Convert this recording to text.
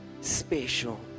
special